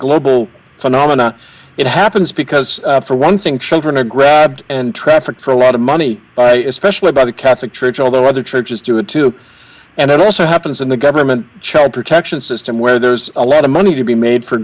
global phenomenon it happens because for one thing children are grabbed and trafficked for a lot of money especially by the catholic church although other churches do it too and it also happens in the government child protection system where there's a lot of money to be made for